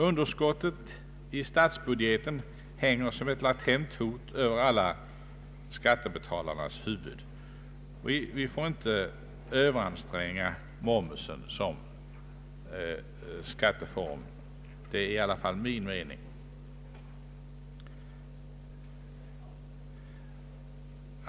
Underskottet i statsbudgeten hänger dessutom som ett latent hot över alla skattebetalares huvuden. Vi får inte överanstränga momsen som skatteform. Det är i alla fall min mening.